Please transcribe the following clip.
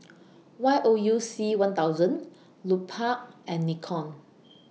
Y O U C one thousand Lupark and Nikon